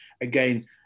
Again